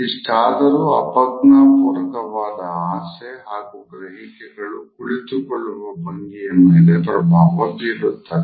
ಇಷ್ಟಾದರೂ ಅಪ್ರಜ್ಞಾಪೂರ್ವಕವಾದ ಆಸೆ ಹಾಗೂ ಗ್ರಹಿಕೆಗಳು ಕುಳಿತುಕೊಳ್ಳುವ ಭಂಗಿಯ ಮೇಲೆ ಪ್ರಭಾವ ಬೀರಿರುತ್ತದೆ